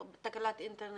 או תקלת אינטרנט.